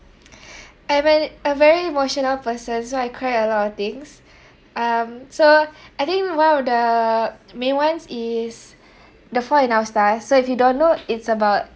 I'm a a very emotional person so I cry a lot of things um so I think one of the main ones is the fault in our stars so if you don't know it's about